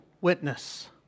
witness